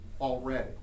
already